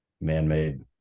man-made